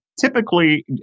Typically